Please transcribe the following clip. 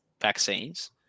vaccines